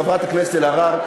חברת הכנסת אלהרר,